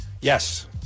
Yes